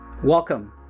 Welcome